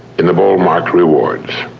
in the bowl marked rewards.